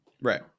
Right